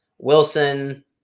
Wilson